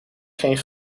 geen